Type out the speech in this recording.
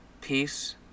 peace